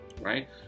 right